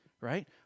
right